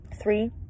three